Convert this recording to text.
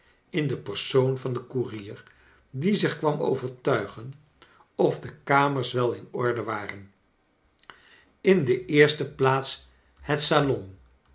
in de persoon van den koerier die zich kwam overtuigen of de kamers wel in orde waren in charles dickens ie eerste plaats bet salon